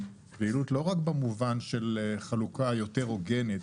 יעילות לא רק במובן של חלוקה יותר הוגנת